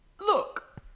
look